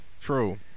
true